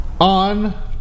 on